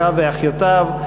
אחיו ואחיותיו,